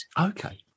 Okay